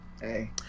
Hey